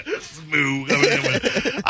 Smooth